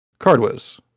Cardwiz